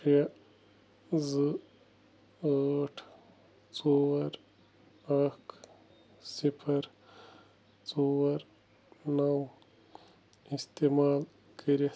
شےٚ زٕ ٲٹھ ژور اَکھ صِفَر ژور نَو استعمال کٔرِتھ